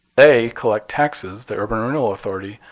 they collect taxes, the urban renewal authority,